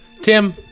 Tim